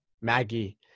Maggie